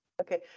Okay